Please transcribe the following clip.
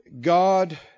God